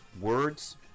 words